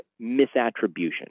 misattribution